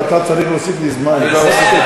אבל אתה צריך להוסיף לי זמן, אני לא אוסיף.